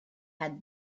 had